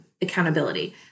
accountability